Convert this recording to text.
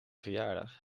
verjaardag